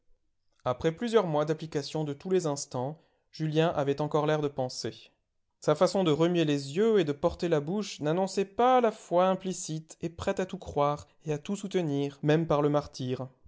après plusieurs mois d'application de tous les instants julien avait encore l'air de penser sa façon de remuer les yeux et de porter la bouche n'annonçait pas la foi implicite et prête à tout croire et à tout soutenir même par le martyre